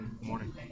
morning